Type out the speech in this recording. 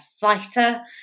fighter